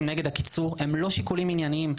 נגד הקיצור הם לא שיקולים ענייניים.